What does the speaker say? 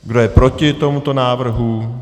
Kdo je proti tomuto návrhu?